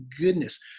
goodness